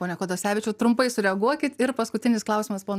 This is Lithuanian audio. pone kodosevičiau trumpai sureaguoti it ir paskutinis klausimas ponui